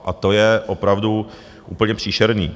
A to je opravdu úplně příšerné.